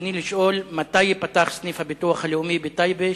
רצוני לשאול: מתי ייפתח סניף הביטוח הלאומי בטייבה,